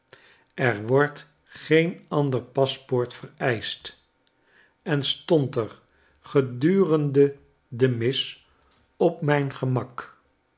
er wordt geen ander paspoort vereischt en stond er gedurende de mis op mrjn gemak